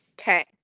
Okay